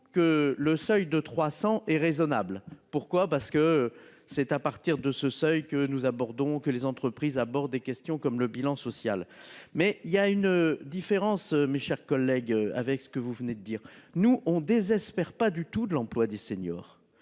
que le seuil de 300 et raisonnable. Pourquoi, parce que c'est à partir de ce seuil que nous abordons que les entreprises à bord des questions comme le bilan social mais il y a une différence. Mes chers collègues. Avec ce que vous venez de dire, nous on désespère pas du tout de l'emploi des seniors.